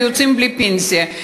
ויוצאים בלי פנסיה.